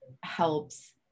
helps